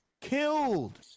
Killed